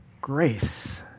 grace